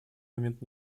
момент